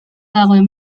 dagoen